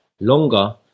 longer